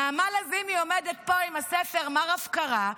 נעמה לזימי עומדת פה עם הספר "מר הפקרה",